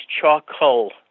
charcoal